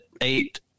eight